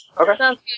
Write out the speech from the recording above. Okay